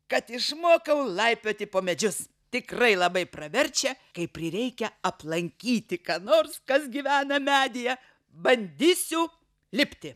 kad išmokau laipioti po medžius tikrai labai praverčia kai prireikia aplankyti ką nors kas gyvena medyje bandysiu lipti